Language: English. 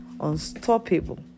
unstoppable